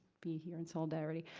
be here in solidarity.